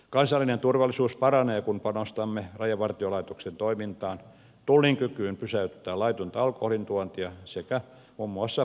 kansallinen turvallisuus paranee kun panostamme rajavartiolaitoksen toimintaan tullin kykyyn pysäyttää laitonta alkoholin tuontia sekä muun muassa palopäällystön koulutukseen